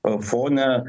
a fone